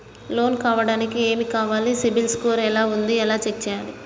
Loan కావడానికి ఏమి కావాలి సిబిల్ స్కోర్ ఎలా ఉంది ఎలా చెక్ చేయాలి?